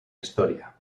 astoria